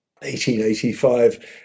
1885